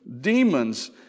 demons